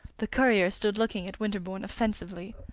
the courier stood looking at winterbourne offensively.